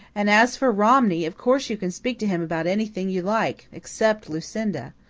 and, as for romney, of course you can speak to him about anything you like except lucinda.